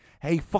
Hey